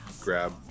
grab